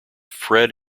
fred